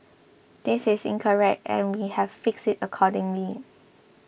this is incorrect and we have fixed it accordingly